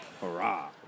Hurrah